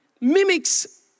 mimics